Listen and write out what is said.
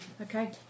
Okay